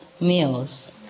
meals